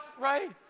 right